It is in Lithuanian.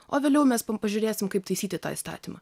o vėliau mes pažiūrėsim kaip taisyti tą įstatymą